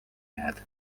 jääd